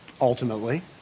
Ultimately